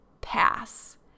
Pass